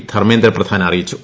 ധർമ്മേന്ദ്രപ്രധാൻ അറിയിച്ചു